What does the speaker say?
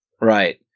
Right